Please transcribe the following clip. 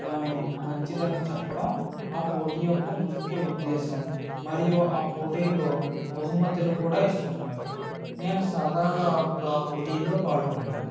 కాను మంచిదని చెప్పడం ఆ పోటీ యొక్క ముఖ్య ఉద్దేశ్యం మరియు ఆ పోటీలో బహుమతులు కూడా ఇస్తున్నారు నేను సరదాగా అప్పుడు ఆ పోటీలో పాల్గొన్నాను